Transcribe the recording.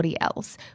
Else